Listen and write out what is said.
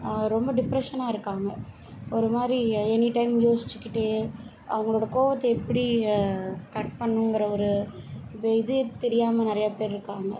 ரொம்ப டிப்ரெஷனாக இருக்காங்க ஒருமாதிரி எனி டைம் யோசிச்சுக்கிட்டே அவங்களோட கோவத்தை எப்படி கரெக்ட் பண்ணுங்கிற ஒரு இதே தெரியாமல் நிறைய பேர் இருக்காங்க